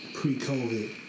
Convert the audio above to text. pre-COVID